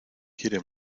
quiere